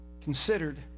considered